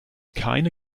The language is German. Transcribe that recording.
keine